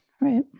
Right